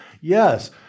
Yes